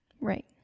right